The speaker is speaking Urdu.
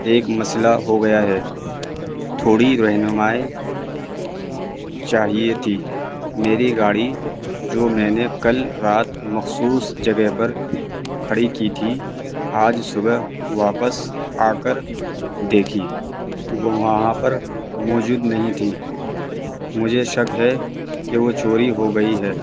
ایک مسئلہ ہو گیا ہے تھوڑی رہنمائی چاہیے تھی میری گاڑی جو میں نے کل رات مخصوص جگہ پر کھڑی کی تھی آج صبح واپس آ کر دیکھی تو وہ وہاں پر موجود نہیں تھی مجھے شک ہے کہ وہ چوری ہو گئی ہے